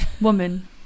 woman